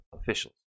officials